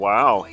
Wow